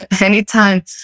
Anytime